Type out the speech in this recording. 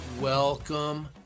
Welcome